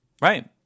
Right